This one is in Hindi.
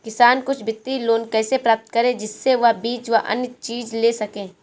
किसान कुछ वित्तीय लोन कैसे प्राप्त करें जिससे वह बीज व अन्य चीज ले सके?